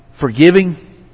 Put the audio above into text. forgiving